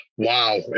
Wow